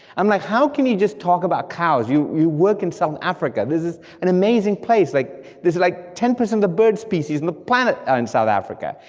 i'm like, how can you just talk about cows, you you work in south africa, this is an amazing place, like there's like ten percent of the bird species in the planet ah in south africa,